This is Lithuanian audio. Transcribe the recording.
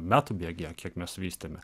metų bėgyje kiek mes vystėme